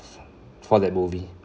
for that movie